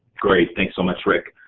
great, thanks so much, rick.